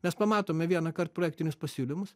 nes pamatome vienąkart projektinius pasiūlymus